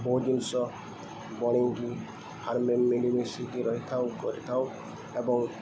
ବହୁତ ଜିନିଷ ବନେଇକି ଆମମେ ମିଳିମିଶିକି ରହିଥାଉ କରିଥାଉ ଏବଂ